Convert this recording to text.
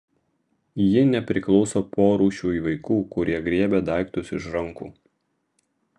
ji nepriklauso porūšiui vaikų kurie griebia daiktus iš rankų